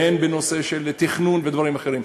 והן בנושא של תכנון ודברים אחרים.